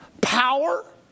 Power